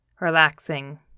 relaxing